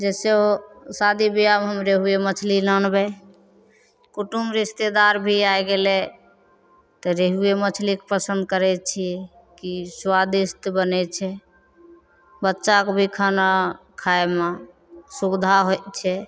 जइसे ओ शादी बिआहमे हम रेहुए मछली लानबै कुटुम रिश्तेदार भी आइ गेलै तऽ रेहुए मछलीके पसन्द करै छिए कि सुआदिष्ट बनै छै बच्चाके भी खाना खाइमे सुविधा होइ छै